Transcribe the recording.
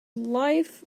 life